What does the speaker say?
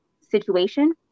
situation